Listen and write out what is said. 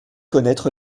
connaître